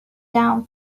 down